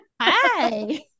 Hi